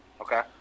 Okay